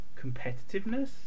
competitiveness